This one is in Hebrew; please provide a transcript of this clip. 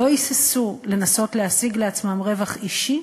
שלא היססו לנסות להשיג לעצמם רווח אישי